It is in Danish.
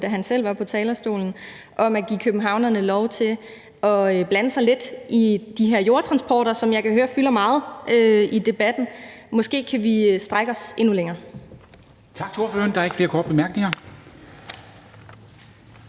da han selv var på talerstolen – om at give københavnerne lov til at blande sig lidt i de her jordtransporter, som jeg kan høre fylder meget i debatten, og måske kan vi strække os endnu længere.